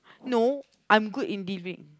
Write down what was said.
no I'm good in deliverng